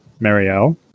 Marielle